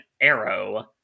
arrow